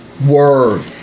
Word